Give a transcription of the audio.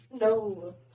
No